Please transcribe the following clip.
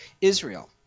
Israel